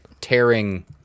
tearing